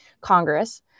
congress